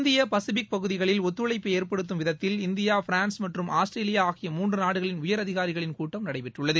India Pacific பகுதிகளில் ஒத்துழைப்பை ஏற்படுத்தும் விதத்தில் இந்தியா பிரான்ஸ் மற்றும் ஆஸ்திரேலியா ஆகிய மூன்று நாடுகளின் உயர் அதிகாரிகளின் கூட்டம் நடைபெற்றுள்ளது